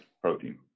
protein